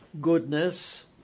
goodness